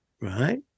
right